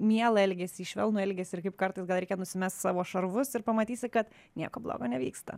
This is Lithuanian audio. mielą elgesį švelnų elgesį ir kaip kartais gal reikia nusimest savo šarvus ir pamatysi kad nieko blogo nevyksta